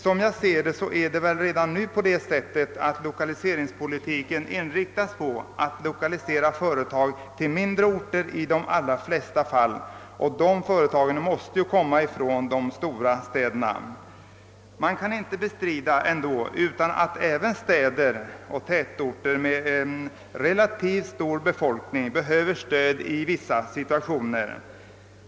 Som jag sade är det väl redan på det sättet att lokaliseringspolitiken inriktas på att lokalisera företag till mindre orter i de flesta fall, och de företagen måste ju komma från de stora städerna. Men man kan inte bestrida att även städer och tätorter med relativt stor befolkning behöver stöd i vissa situationer.